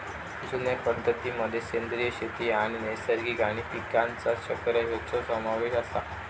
जुन्या पद्धतीं मध्ये सेंद्रिय शेती आणि नैसर्गिक आणि पीकांचा चक्र ह्यांचो समावेश आसा